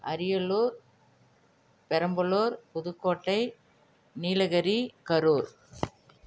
Ariyalur Perambalur Pudukkottai Nilgiri Karur